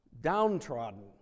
downtrodden